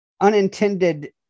unintended